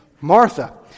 Martha